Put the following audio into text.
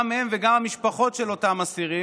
גם הם וגם המשפחות של אותם אסירים: